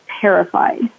terrified